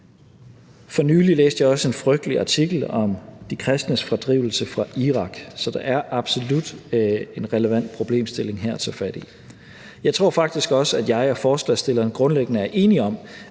For nylig læste jeg også en frygtelig artikel om de kristnes fordrivelse fra Irak. Så der er absolut en relevant problemstilling at tage fat i her. Jeg tror faktisk også, at jeg og forslagsstilleren grundlæggende er enige om,